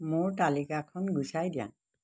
মোৰ তালিকাখন গুচাই দিয়া